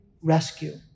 rescue